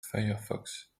firefox